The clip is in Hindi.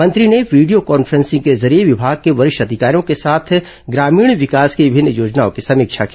मंत्री ने वीडियो कान्फेंसिंग के जरिए विभाग के वरिष्ठ अधिकारियों के साथ ग्रामीण विकास की विभिन्न योजनाओं की समीक्षा की